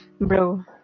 bro